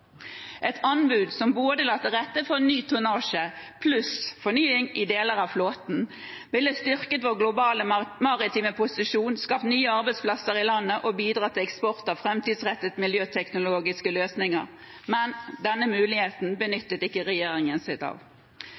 Et anbud som la til rette for både ny tonnasje pluss fornying i deler av flåten, ville styrket vår globale maritime posisjon, skapt nye arbeidsplasser i landet og bidratt til eksport av framtidsrettede miljøteknologiske løsninger, men denne muligheten benyttet ikke regjeringen seg av.